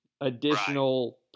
additional